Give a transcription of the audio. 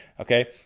Okay